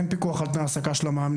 אין פיקוח על תנאי ההעסקה של המאמנים.